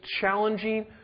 challenging